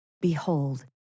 behold